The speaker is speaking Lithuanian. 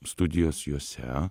studijos juose